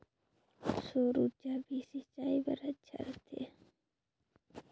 सौर ऊर्जा भी सिंचाई बर अच्छा रहथे?